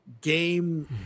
game